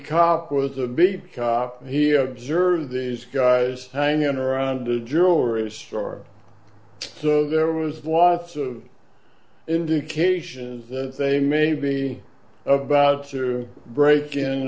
cop was a big cop he observed these guys hanging on or under jewelry store so there was lot of indications that they may be about to break in